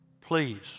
please